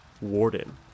warden